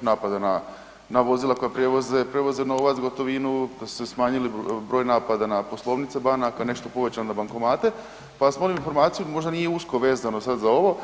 napada na vozila koja prevoze novac, gotovinu, da su se smanjili broj napada na poslovnice banaka, nešto povećano na bankomate pa vas molim informaciju, možda nije usko vezano sad za ovo.